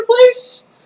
place